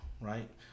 right